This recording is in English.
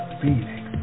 phoenix